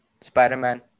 Spider-Man